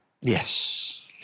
Yes